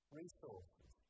resources